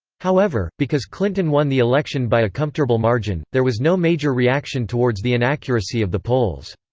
however, because clinton won the election by a comfortable margin, there was no major reaction towards the inaccuracy of the polls.